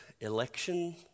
Election